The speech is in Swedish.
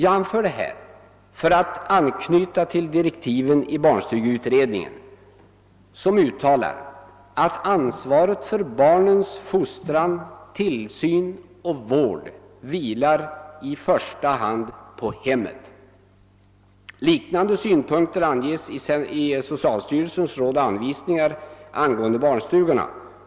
Jag vill i detta sammanhang anknyta till direktiven för barnstugeutredningen, där det uttalas att ansvaret för barnens fostran, tillsyn och vård i första hand vilar på hemmet. Liknande synpunkter anföres i socialstyrelsens Råd och anvisningar angående barnstugorna.